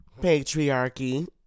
patriarchy